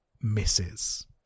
misses